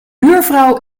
buurvrouw